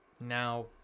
Now